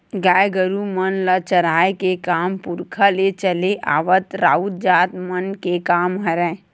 गाय गरु मन ल चराए के काम पुरखा ले चले आवत राउत जात मन के काम हरय